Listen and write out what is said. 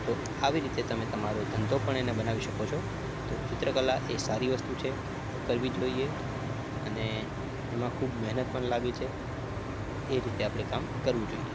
તો આવી રીતે તમે તમારો ધંધો પણ એને બનાવી શકો છો તો ચિત્રકલા એ સારી વસ્તુ છે તો કરવી જોઈએ અને એમાં ખૂબ મહેનત પણ લાગે છે તો એ રીતે આપણે કામ કરવું જોઈએ